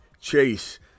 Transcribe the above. Chase